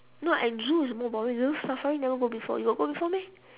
no I zoo is more boring river-safari I never go before you got go before meh